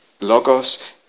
logos